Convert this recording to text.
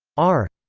r,